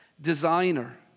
designer